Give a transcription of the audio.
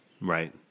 right